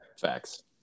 Facts